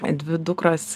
dvi dukros